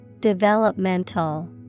Developmental